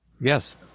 Yes